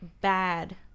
bad